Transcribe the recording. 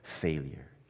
failure